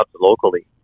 locally